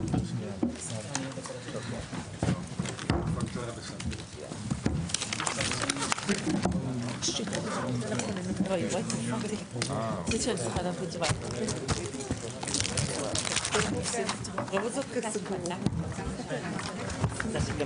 הישיבה ננעלה בשעה 11:03.